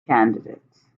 candidates